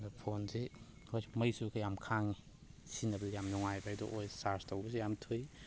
ꯑꯗ ꯐꯣꯟꯁꯤ ꯑꯩꯈꯣꯏ ꯃꯩꯁꯨ ꯌꯥꯝ ꯈꯥꯡꯉꯤ ꯁꯤꯖꯤꯟꯅꯕꯗ ꯌꯥꯝ ꯅꯨꯡꯉꯥꯏꯕ ꯍꯥꯏꯗꯣ ꯑꯣꯏ ꯆꯥꯔꯖ ꯇꯧꯕꯁꯨ ꯌꯥꯝ ꯊꯨꯏ